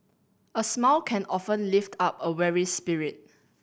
a smile can often lift up a weary spirit